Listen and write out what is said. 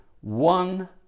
one